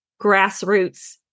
grassroots